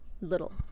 little